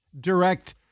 Direct